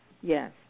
Yes